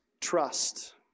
trust